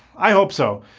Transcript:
i hope so,